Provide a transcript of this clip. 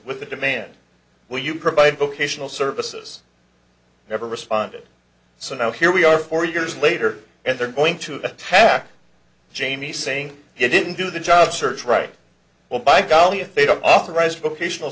with the demand will you provide vocational services never responded so now here we are four years later and they're going to attack jamie saying he didn't do the job search right well by golly if they don't authorize vocational